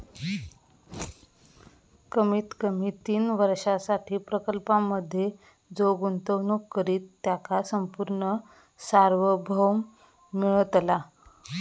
कमीत कमी तीन वर्षांसाठी प्रकल्पांमधे जो गुंतवणूक करित त्याका संपूर्ण सार्वभौम मिळतला